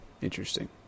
Interesting